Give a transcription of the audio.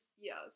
Yes